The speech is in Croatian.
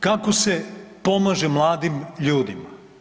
Kako se pomaže mladim ljudima?